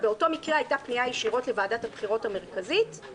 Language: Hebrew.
ובאותו מקרה הייתה פנייה ישירות לוועדת הבחירות המרכזית,